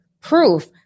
proof